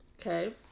Okay